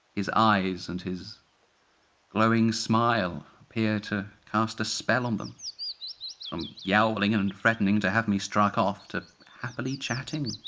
his eyes and his warm smile appear to cast a spell on them from yeah yowling and and threatening to have me struck off to happily chatting,